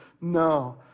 No